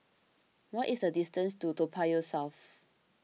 what is the distance to Toa Payoh South